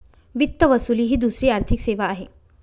वित्त वसुली ही दुसरी आर्थिक सेवा आहे